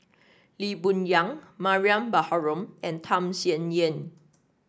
Lee Boon Yang Mariam Baharom and Tham Sien Yen